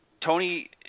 Tony